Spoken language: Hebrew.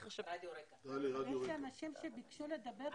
יש אנשים שביקשו לדבר.